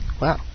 Wow